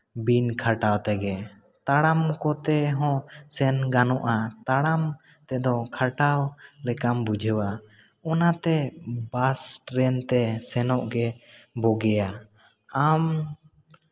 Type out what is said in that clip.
ᱵᱤᱱ ᱠᱷᱟᱴᱟᱣ ᱛᱮᱜᱮ ᱛᱟᱲᱟᱢ ᱠᱚᱛᱮ ᱦᱚᱸ ᱥᱮᱱ ᱜᱟᱱᱚᱜᱼᱟ ᱛᱟᱲᱟᱢ ᱛᱮᱫᱚ ᱠᱷᱟᱴᱟᱣ ᱞᱮᱠᱟᱢ ᱵᱩᱡᱷᱟᱹᱣᱟ ᱚᱱᱟᱛᱮ ᱵᱟᱥ ᱴᱨᱮᱱᱛᱮ ᱥᱮᱱᱚᱜ ᱜᱮ ᱵᱩᱜᱤᱭᱟ ᱟᱢ